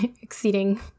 Exceeding